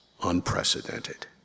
Unprecedented